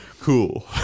cool